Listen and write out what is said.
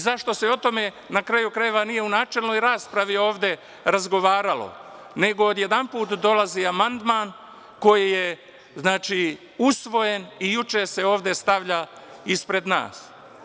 Zašto se o tome, na kraju krajeva, nije u načelnoj raspravi ovde razgovaralo, nego odjedanput dolazi amandman koji je usvojen i juče se ovde stavlja ispred nas?